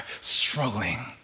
struggling